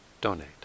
donate